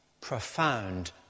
profound